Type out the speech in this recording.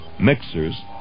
mixers